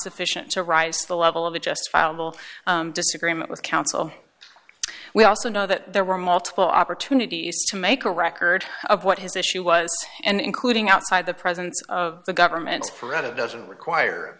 sufficient to rise to the level of a justifiable disagreement with counsel we also know that there were multiple opportunities to make a record of what his issue was and including outside the presence of the government's forever doesn't require